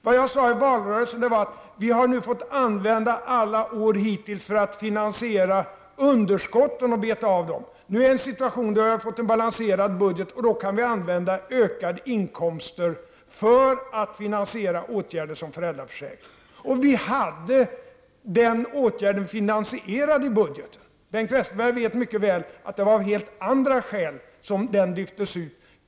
Vad jag sade i valrörelsen var att vi hittills under alla år sedan vi återtog regeringsmakten fått ägna oss åt beta av underskottet som de borgerliga skapade. Nu är situationen den att vi har fått en balanserad budget, och då kan vi använda ökade inkomster för att finansiera åtgärder som föräldraförsäkringen. Vi hade den åtgärden finansierad i budgeten. Bengt Westerberg vet mycket väl att det var av helt andra skäl som den lyftes ut.